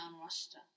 roster